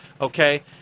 okay